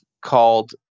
called